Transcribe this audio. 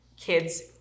kids